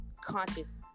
conscious